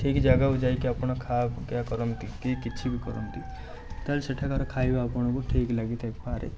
ଠିକ୍ ଜାଗାକୁ ଯାଇକି ଆପଣ ଖାଆପିଆ କରନ୍ତି କି କିଛିବି କରନ୍ତି ତାହଲେ ସେଠାକର ଖାଇବା ଆପଣଙ୍କୁ ଠିକ୍ ଲାଗିଥାଇପାରେ